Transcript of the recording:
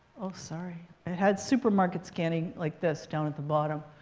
sorry. it had supermarket scanning, like this, down at the bottom.